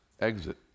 exit